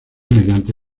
mediante